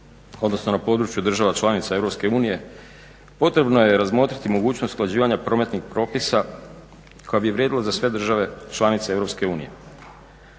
odnosno na području država članica EU potrebno je razmotriti mogućnost usklađivanja prometnih propisa koja bi vrijedila za sve države članice EU.